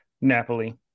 Napoli